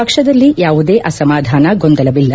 ಪಕ್ಷದಲ್ಲಿ ಯಾವುದೇ ಅಸಮಾಧಾನ ಗೊಂದಲವಿಲ್ಲ